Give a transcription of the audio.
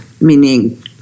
meaning